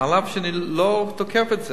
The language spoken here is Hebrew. אף שאני לא תוקף את זה.